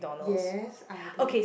yes I did